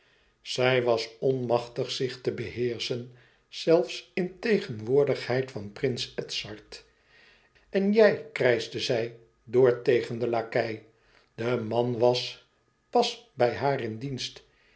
zij was onmachtig zich te beheerschen zelfs in tegenwoordigheid van prins edzard en jij krijschte zij door tegen den lakei de man was pas bij haar in dienst